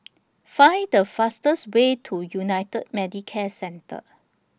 Find The fastest Way to United Medicare Centre